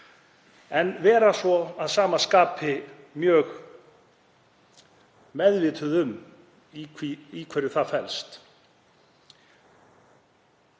en vera að sama skapi mjög meðvituð um í hverju það felst.